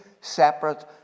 separate